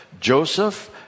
Joseph